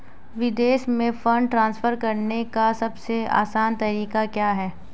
विदेश में fund transfer करने का सबसे आसान तरीका क्या है?